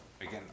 Again